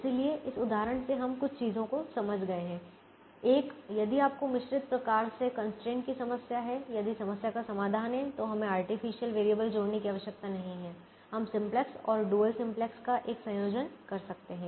इसलिए इस उदाहरण से हम कुछ चीजों को समझ गए हैं एक यदि आपको मिश्रित प्रकार के कंस्ट्रेंट की समस्या है यदि समस्या का समाधान है तो हमें आर्टिफिशियल वेरिएबल जोड़ने की आवश्यकता नहीं है हम सिंप्लेक्स और डुअल सिंप्लेक्स का एक संयोजन कर सकते हैं